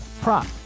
prop